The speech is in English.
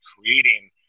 creating